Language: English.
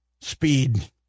speed